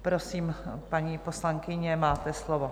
Prosím, paní poslankyně, máte slovo.